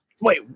Wait